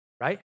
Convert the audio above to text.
Right